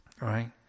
right